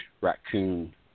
raccoon